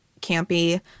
campy